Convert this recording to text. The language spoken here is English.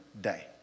day